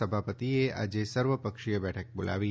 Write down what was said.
સભાપતિએ આજે સર્વપક્ષીય બેઠક બોલાવી છે